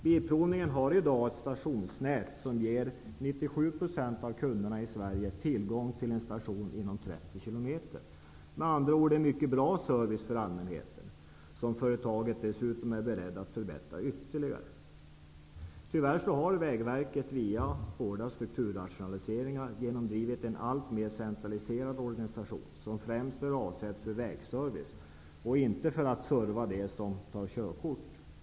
Bilprovningen har i dag ett stationsnät som ger 97 % av kunderna i Sverige tillgång till en station inom ett avstånd av 30 km. Det är med andra ord en mycket bra service för allmänheten, som företaget dessutom är berett att förbättra ytterligare. Tyvärr har Vägverket via hårda strukturrationaliseringar genomdrivit en alltmer centraliserad organisation som främst är avsedd för vägservice och inte för att ge service åt dem som skall ta körkort.